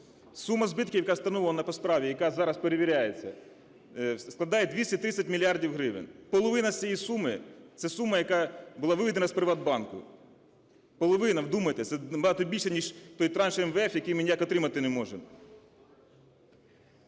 Сума збитків, яка встановлена по справі, яка зараз перевіряється, складає 230 мільярдів гривень. Половина з цієї суми – це сума, яка була виведена з "ПриватБанку". Половина, вдумайтесь! Набагато більше, ніж той транш МВФ, який ми ніяк отримати не можемо.